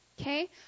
okay